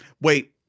wait